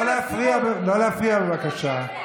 לא להפריע, בבקשה.